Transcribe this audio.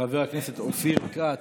חבר הכנסת אופיר כץ,